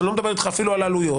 ואני אפילו לא מדבר איתך על עלויות,